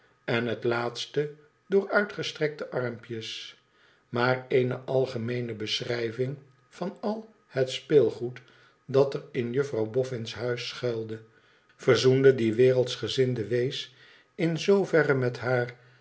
en het laatste door uitgestrekte armpjes maar eene algemeene beschrijving van al het speelgoed dat er in juflouw boffin's huis schuilde verzoende dien wereldsgezinden wees in zooverre met haar